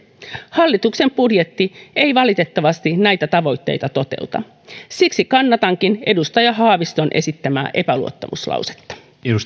hallituksen budjetti ei valitettavasti näitä tavoitteita toteuta siksi kannatankin edustaja haaviston esittämää epäluottamuslausetta